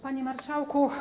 Panie Marszałku!